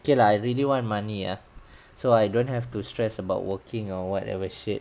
K lah I really want money ah so I don't have to stress about working or whatever shit